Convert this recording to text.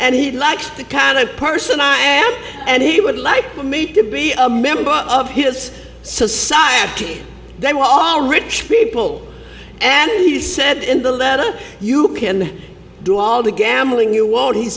and he'd like the kind of person i am and he would like me to be a member of his society they were all rich people and he said in the letter you can do all the gambling you won't he